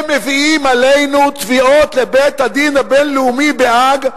אתם מביאים עלינו תביעות לבית-הדין הבין-לאומי בהאג,